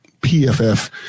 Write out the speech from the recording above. PFF